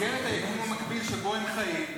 במסגרת היקום המקביל שבו הם חיים,